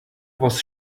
was